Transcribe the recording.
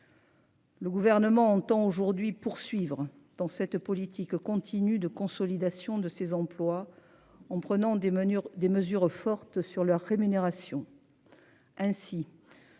Le gouvernement entend aujourd'hui poursuivre dans cette politique continue de consolidation de ces emplois, en prenant des mesures, des mesures fortes sur leur rémunération.